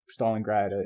Stalingrad